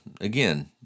again